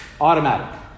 Automatic